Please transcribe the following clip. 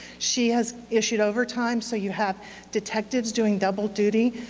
she has issued overtime so you have detectives doing double duty.